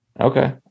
Okay